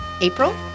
April